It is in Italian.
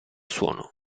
suono